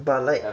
but like